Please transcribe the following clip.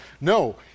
No